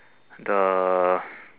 the